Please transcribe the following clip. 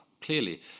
Clearly